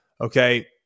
Okay